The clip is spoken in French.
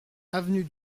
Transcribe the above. avenue